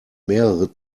mehrere